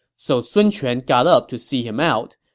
so sun quan got up to see him out.